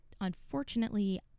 unfortunately